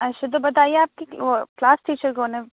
اچھا تو بتائیے آپ کی کلاس ٹیچر کون ہے